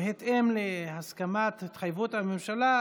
בהתאם להסכמה ולהתחייבות הממשלה,